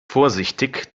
vorsichtig